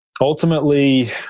ultimately